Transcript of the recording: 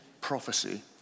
prophecy